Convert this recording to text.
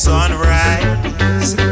Sunrise